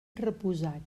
reposat